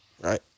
right